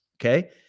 Okay